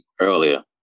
earlier